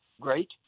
Great